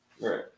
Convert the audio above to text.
Right